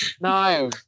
No